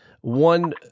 one